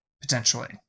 potentially